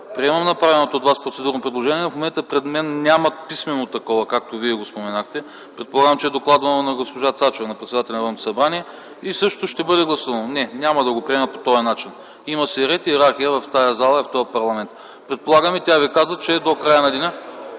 приемам направеното от Вас процедурно предложение. В момента пред мен няма писмено такова, както Вие го споменахте. Предполагам, че е докладвано на госпожа Цачева – на председателя на Народното събрание. Това ще бъде гласувано, но няма да го приема по този начин. Има си ред и йерархия в тази зала, в този парламент. Предполагам, а и тя Ви каза, че до края на деня